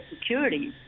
security